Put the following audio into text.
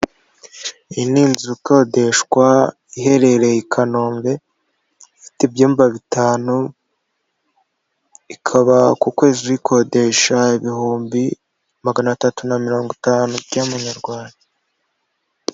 Iyi ni inzu ikodeshwa iherereye i Kanombe, ifite ibyumba bitanu ikaba ku kwezi uyikodesha ibihumbi magana atatu na mirongo itanu by'amanyarwanda.